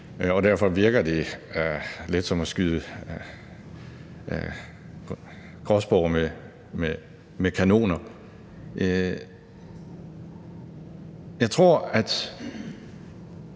derfor virker det lidt som at skyde gråspurve med kanoner. Jeg tror, at